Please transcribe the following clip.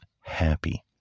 happy